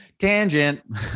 tangent